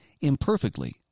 imperfectly